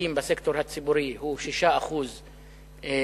המועסקים בסקטור הציבורי הוא 6% בערך,